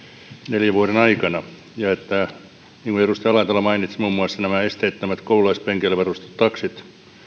neljän vuoden aikana ja että niin kuin edustaja alatalo mainitsi muun muassa nämä esteettömät koululaispenkeillä varustetut taksit